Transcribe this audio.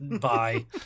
bye